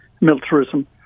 militarism